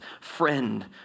friend